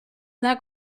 that